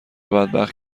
بدبخت